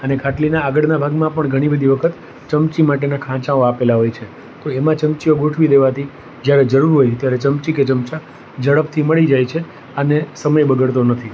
અને ખાટલીના આગળના ભાગમાં પણ ઘણી બધી વખત ચમચી માટેના ખાંચાઓ આપેલા હોય છે તો એમાં ચમચીઓ ગોઠવી દેવાથી જ્યારે જરૂર હોય ત્યારે ચમચી કે ચમચા ઝડપથી મળી જાય છે અને સમય બગડતો નથી